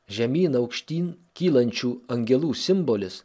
žemyn aukštyn kylančių angelų simbolis